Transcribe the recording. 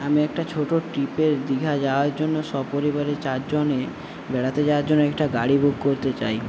আমি একটা ছোটো ট্রিপে দিঘা যাওয়ার জন্য সপরিবারে চারজনে বেড়াতে যাওয়ার জন্য একটা গাড়ি বুক করতে চাই